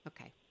Okay